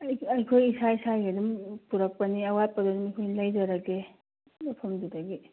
ꯑꯩꯈꯣꯏ ꯏꯁꯥ ꯏꯁꯥꯒꯤ ꯑꯗꯨꯝ ꯄꯨꯔꯛꯄꯅꯦ ꯑꯋꯥꯠꯄꯗꯨ ꯑꯗꯨꯝ ꯑꯩꯈꯣꯏ ꯂꯩꯖꯔꯒꯦ ꯃꯐꯝꯗꯨꯗꯒꯤ